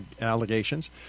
allegations